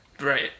right